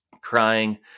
Crying